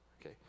okay